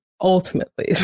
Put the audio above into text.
ultimately